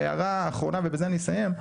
הערה אחרונה ובזה אני אסיים,